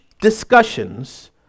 discussions